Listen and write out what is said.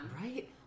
Right